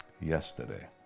yesterday